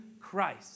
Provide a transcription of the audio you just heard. Christ